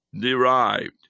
derived